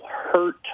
hurt